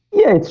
yeah,